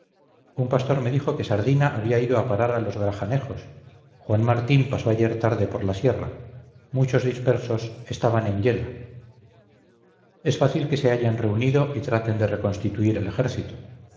un pastor me dijo que sardina había ido a parar a grajanejos juan martín pasó ayer tarde por la sierra muchos dispersos estaban en yela es fácil que se hayan reunido y traten de reconstituir el ejército